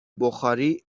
بخاری